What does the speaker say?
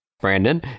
Brandon